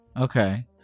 Okay